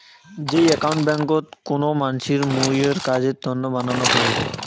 যেই একাউন্ট ব্যাংকোত কুনো মানসির মুইর কাজের তন্ন বানানো হই